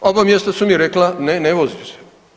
Oba mjesta su mi rekla, ne, ne vozi se.